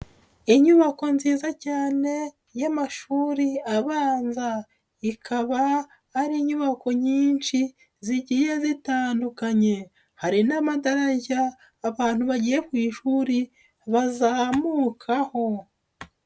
Inyubako nziza cyane y'amashuri abanza ikaba ari inyubako nyinshi zigiye zitandukanye hari n'amadarajya abantu bagiye ku ishuri bazamukaho.